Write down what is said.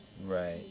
Right